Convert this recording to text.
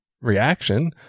reaction